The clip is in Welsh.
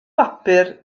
bapur